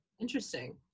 interesting